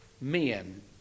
men